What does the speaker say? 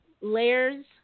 Layers